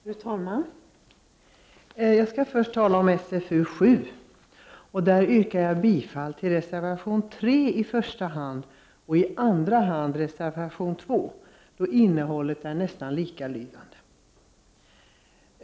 Fru talman! Jag skall först tala om SfU7. Jag yrkar bifall till reservation 3 i första hand och i andra hand till reservation 2, då innehållet är nästan likalydande.